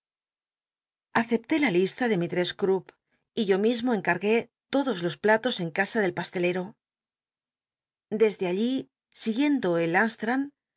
acepté la lista de mishess ci'upp yo mismo encargué todos los platos en casa del pasteleo desde allí siguiend o el